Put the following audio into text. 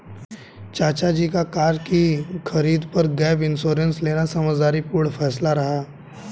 चाचा जी का कार की खरीद पर गैप इंश्योरेंस लेना समझदारी पूर्ण फैसला रहा